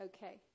Okay